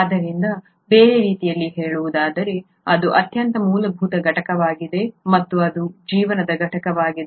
ಆದ್ದರಿಂದ ಬೇರೆ ರೀತಿಯಲ್ಲಿ ಹೇಳುವುದಾದರೆ ಇದು ಅತ್ಯಂತ ಮೂಲಭೂತ ಘಟಕವಾಗಿದೆ ಮತ್ತು ಇದು ಜೀವನದ ಘಟಕವಾಗಿದೆ